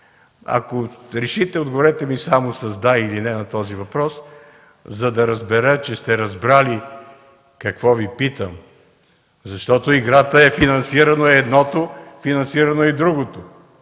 Ако решите, отговорете ми само с „да” или „не” на този въпрос, за да разбера, че сте разбрали какво Ви питам. Защото играта е, че е финансирано и едното, и другото,